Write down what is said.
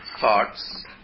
thoughts